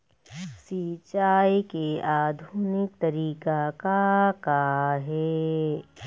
सिचाई के आधुनिक तरीका का का हे?